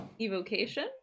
evocation